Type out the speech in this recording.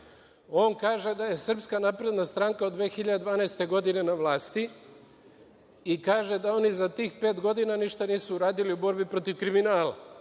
on kaže da je SNS od 2012. godine na vlasti i kaže da oni za tih pet godina ništa nisu uradili u borbi protiv kriminala,